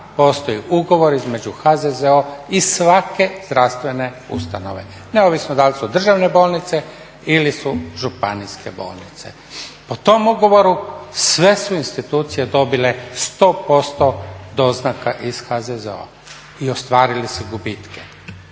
postoji ugovor između HZZO-a i svake zdravstvene ustanove, neovisno da li su državne bolnice ili su županijske bolnice. Po tom ugovoru sve su institucije dobile 100% doznaka iz HZZO-a i ostvarili su gubitke.